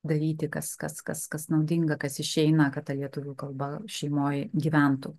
daryti kas kas kas kas naudinga kas išeina kad ta lietuvių kalba šeimoj gyventų